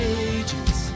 ages